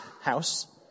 house